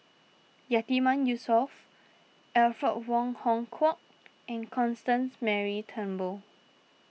Yatiman Yusof Alfred Wong Hong Kwok and Constance Mary Turnbull